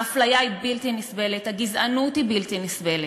האפליה היא בלתי נסבלת, הגזענות היא בלתי נסבלת.